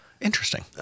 Interesting